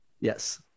Yes